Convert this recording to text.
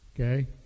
Okay